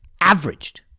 averaged